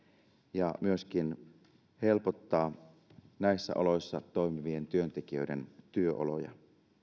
ja myöskin helpottaa näissä oloissa toimivien työntekijöiden työoloja